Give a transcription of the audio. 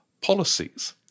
policies